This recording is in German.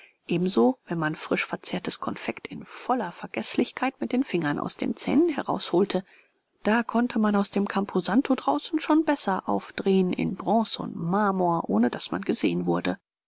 ebenso wenn man frisch verzehrtes konfekt in voller vergeßlichkeit mit den fingern aus den zähnen herausholte da konnte man aus dem camposanto draußen schon besser aufdrehen in bronze und marmor ohne daß man gesehen wurde